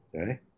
okay